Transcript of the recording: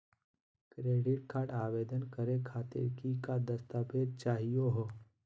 Credit card आवेदन करे खातीर कि क दस्तावेज चाहीयो हो?